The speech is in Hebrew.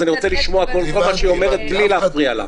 אז אני רוצה לשמוע כל מה שהיא אומרת בלי שאני אפריע לה.